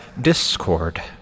discord